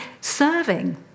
serving